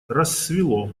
рассвело